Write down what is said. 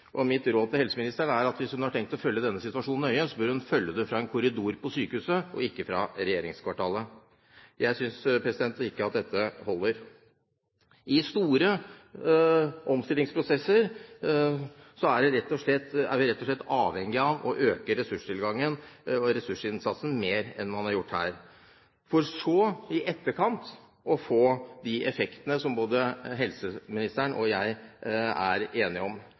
Mitt råd til helseministeren er at hvis hun har tenkt å følge denne situasjonen nøye, bør hun følge det fra en korridor på sykehuset, og ikke fra regjeringskvartalet. Jeg synes ikke at dette holder. I store omstillingsprosesser er vi rett og slett avhengig av å øke ressurstilgangen og ressursinnsatsen mer enn det man har gjort her, for i etterkant å få de effektene som både helseministeren og jeg er enige om.